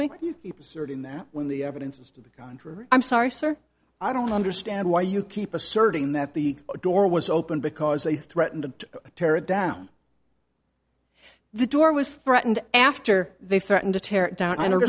me in that when the evidence is to the contrary i'm sorry sir i don't understand why you keep asserting that the door was open because they threaten to tear it down the door was threatened after they threatened to tear it down and